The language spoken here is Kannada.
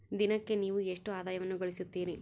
ದಿನಕ್ಕೆ ನೇವು ಎಷ್ಟು ಆದಾಯವನ್ನು ಗಳಿಸುತ್ತೇರಿ?